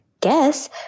guess